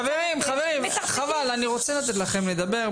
חברים, חבל אני רוצה לתת לכם לדבר.